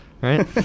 right